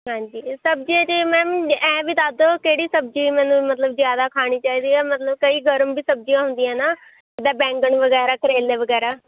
ਹਾਂਜੀ ਸਬਜ਼ੀ 'ਤੇ ਮੈਮ ਐਂ ਵੀ ਦੱਸ ਦਿਉ ਕਿਹੜੀ ਸਬਜ਼ੀ ਮੈਨੂੰ ਮਤਲਬ ਜ਼ਿਆਦਾ ਖਾਣੀ ਚਾਹੀਦੀ ਹੈ ਮਤਲਬ ਕਈ ਗਰਮ ਵੀ ਸਬਜ਼ੀਆਂ ਹੁੰਦੀਆਂ ਨਾ ਜਿੱਦਾਂ ਬੈਂਗਣ ਵਗੈਰਾ ਕਰੇਲੇ ਵਗੈਰਾ